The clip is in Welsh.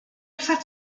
wrthat